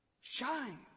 shine